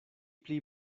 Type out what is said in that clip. pli